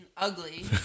Ugly